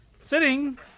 Sitting